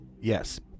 Yes